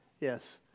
Yes